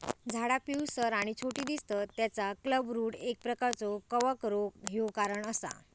झाडा पिवळसर आणि छोटी दिसतत तेचा क्लबरूट एक प्रकारचो कवक रोग ह्यो कारण असा